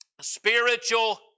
spiritual